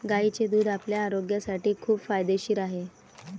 गायीचे दूध आपल्या आरोग्यासाठी खूप फायदेशीर आहे